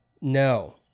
No